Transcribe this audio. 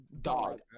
Dog